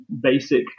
basic